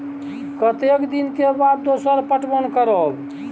कतेक दिन के बाद दोसर पटवन करब?